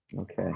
Okay